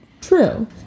True